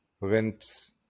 rent